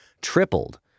tripled